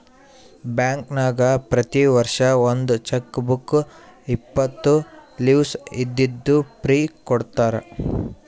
ಬ್ಯಾಂಕ್ನಾಗ್ ಪ್ರತಿ ವರ್ಷ ಒಂದ್ ಚೆಕ್ ಬುಕ್ ಇಪ್ಪತ್ತು ಲೀವ್ಸ್ ಇದ್ದಿದ್ದು ಫ್ರೀ ಕೊಡ್ತಾರ